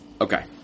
Okay